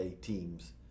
teams